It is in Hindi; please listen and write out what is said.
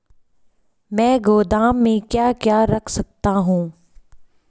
मैं गोदाम में क्या क्या रख सकता हूँ?